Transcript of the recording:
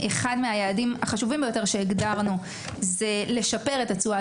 פה אחד מהיעדים החשובים ביותר שהגדרנו הוא לשפר את התשואה